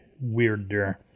weirder